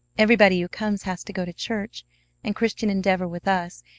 everybody who comes has to go to church and christian endeavor with us,